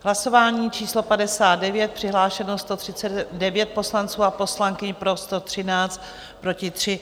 V hlasování číslo 59 přihlášeno 139 poslanců a poslankyň, pro 113, proti 3.